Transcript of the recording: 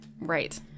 Right